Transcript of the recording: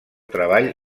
treball